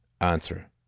answer